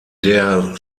der